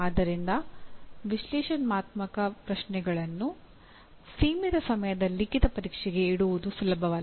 ಆದ್ದರಿಂದ ವಿಶ್ಲೇಷಣಾತ್ಮಕ ಪ್ರಶ್ನೆಗಳನ್ನು ಸೀಮಿತ ಸಮಯದ ಲಿಖಿತ ಪರೀಕ್ಷೆಗೆ ಇಡುವುದು ಸುಲಭವಲ್ಲ